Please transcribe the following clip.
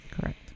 correct